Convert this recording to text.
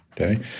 okay